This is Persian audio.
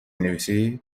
نویسید